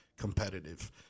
competitive